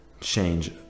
change